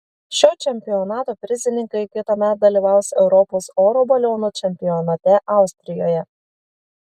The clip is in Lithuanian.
šio čempionato prizininkai kitąmet dalyvaus europos oro balionų čempionate austrijoje